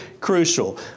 crucial